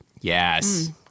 Yes